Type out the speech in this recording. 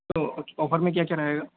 तो उस ऑफ़र में क्या क्या रहेगा